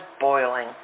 boiling